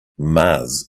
mars